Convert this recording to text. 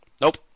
Nope